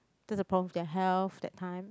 that's the problems with their health that time